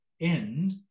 end